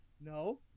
No